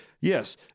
Yes